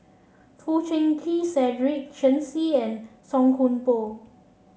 Foo Chee Keng Cedric Shen Xi and Song Koon Poh